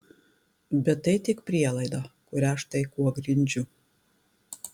bet tai tik prielaida kurią štai kuo grindžiu